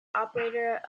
operator